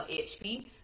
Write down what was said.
HP